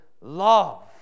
love